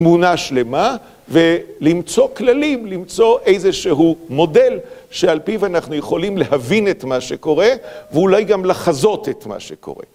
תמונה שלמה ולמצוא כללים, למצוא איזשהו מודל שעל פיו אנחנו יכולים להבין את מה שקורה, ואולי גם לחזות את מה שקורה.